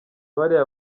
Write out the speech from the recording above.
bariya